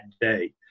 day